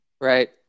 Right